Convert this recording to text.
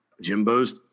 Jimbo's